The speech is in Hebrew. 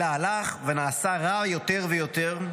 אלא הלך ונעשה רע יותר ויותר.